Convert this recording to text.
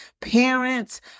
parents